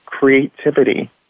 creativity